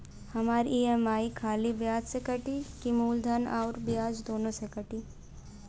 हमार ई.एम.आई खाली ब्याज में कती की मूलधन अउर ब्याज दोनों में से कटी?